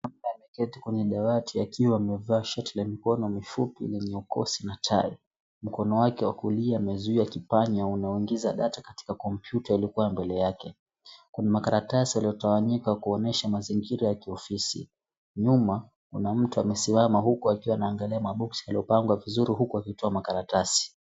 Ameketi kwenye dawati akiwa amevaa shati la mikono mifupi lenye ukosi na tai. Mkono wake wa kulia amezuia kipanya na unaoingiza data kwenye kompyuta iliyokuwa mbele yake. Kuna makaratasi yaliyotawanyika kuonyesha mazingira ya kiofisi. Nyuma kuna mtu amesimama huku akiwa anaangalia maboksi yaliyopangwa vizuri huku akitoa makaratasi.